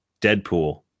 Deadpool